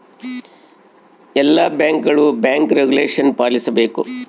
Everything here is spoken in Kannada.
ಎಲ್ಲ ಬ್ಯಾಂಕ್ಗಳು ಬ್ಯಾಂಕ್ ರೆಗುಲೇಷನ ಪಾಲಿಸಬೇಕು